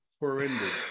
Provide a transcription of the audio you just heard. Horrendous